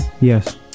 yes